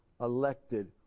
elected